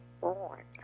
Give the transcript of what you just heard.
born